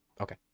okay